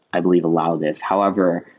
i believe, allow this. however,